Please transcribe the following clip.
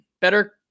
better